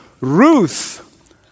Ruth